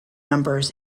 numbers